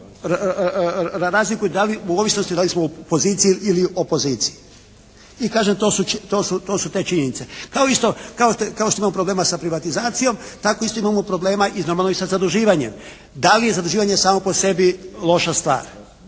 razlikuju u ovisnosti da li smo u poziciji ili opoziciji. I kažem to su činjenice, to su te činjenice. Kao isto, kao što imamo problema sa privatizacijom tako isto imamo problema normalno i sa zaduživanjem. Da li je zaduživanje samo po sebi loša stvar?